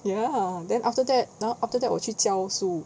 ya then after that 然后 after that 我就去教书